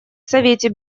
совете